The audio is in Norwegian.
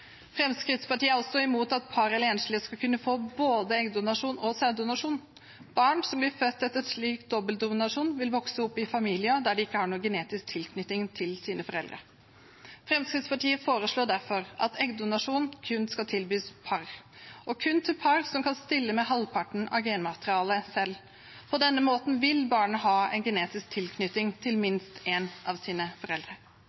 Fremskrittspartiet er også imot at par eller enslige skal kunne få både eggdonasjon og sæddonasjon. Barn som blir født etter en slik dobbeldonasjon, vil vokse opp i familier der de ikke har noen genetisk tilknytning til sine foreldre. Fremskrittspartiet foreslår derfor at eggdonasjon kun skal tilbys par – og kun til par som kan stille med halvparten av genmaterialet selv. På denne måten vil barnet ha en genetisk tilknytning til